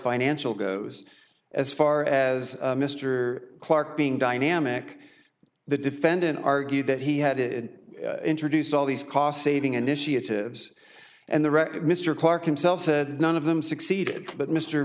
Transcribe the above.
financial goes as far as mr clarke being dynamic the defendant argued that he had it introduced all these cost saving initiatives and the record mr clarke himself said none of them succeeded but mr